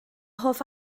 hoff